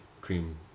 cream